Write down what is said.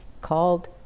called